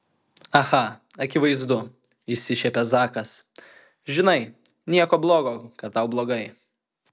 aha akivaizdu išsišiepia zakas žinai nieko blogo kad tau blogai